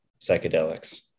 psychedelics